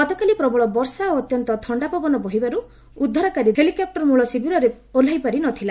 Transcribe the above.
ଗତକାଲି ପ୍ରବଳ ବର୍ଷା ଓ ଅତ୍ୟନ୍ତ ଥଣ୍ଡା ପବନ ବହିବାରୁ ଉଦ୍ଧାରକାରୀ ହେଲିକପୁର ମଳ ଶିବିରରେ ଓହ୍ଲାଇପାରି ନ ଥିଲା